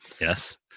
Yes